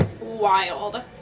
wild